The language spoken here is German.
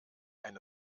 eine